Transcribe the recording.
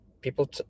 people